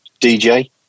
DJ